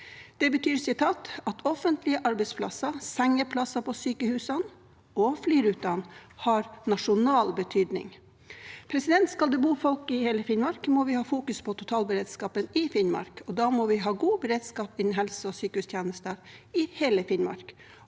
Det betyr at «offentlige arbeidsplasser, sengeplasser på sykehusene og flyruter, har nasjonal betydning.» Skal det bo folk i hele Finnmark, må vi fokusere på totalberedskapen i Finnmark. Da må vi ha god beredskap innen helse- og sykehustjenester i hele Finnmark,